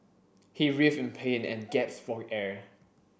he writhed in pain and gasped for air